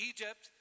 Egypt